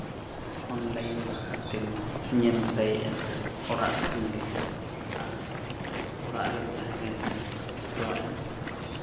online ᱵᱟᱠᱷᱨᱟ ᱛᱮᱢ ᱧᱮᱞ ᱫᱟᱲᱮᱭᱟᱜᱼᱟ ᱚᱲᱟᱜ ᱠᱷᱚᱱ ᱜᱮ ᱟᱨ ᱚᱲᱟᱜ ᱨᱮᱢ ᱛᱟᱦᱮᱸ ᱞᱮᱱᱠᱷᱟ ᱡᱚᱛᱚᱣᱟᱜ ᱮᱢ